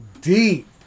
deep